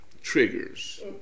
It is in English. triggers